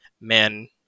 man